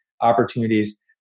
opportunities